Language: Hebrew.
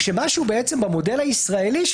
כשמשהו במודל הישראלי,